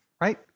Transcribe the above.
right